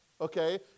Okay